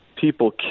people